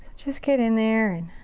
just get in there and